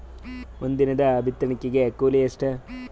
ಒಂದಿನದ ಬಿತ್ತಣಕಿ ಕೂಲಿ ಎಷ್ಟ?